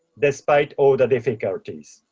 despite all the difficulties.